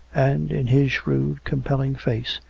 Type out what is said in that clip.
and, in his shrewd, compelling face,